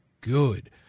good